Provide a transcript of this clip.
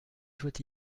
soit